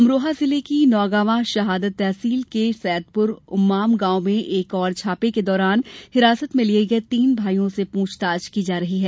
अमरोहा जिले की नौगांवा शहादत तहसील के सैदपुर उम्माद गांव में एक और छापे के दौरान हिरासत में लिए गए तीन भाइयों से पूछताछ की जा रही है